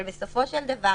אבל בסופו של דבר,